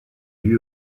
lui